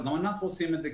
אבל גם אנחנו עושים את זה,